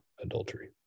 adultery